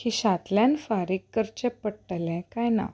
खिशांतल्यान फारीक करचें पडटलें काय ना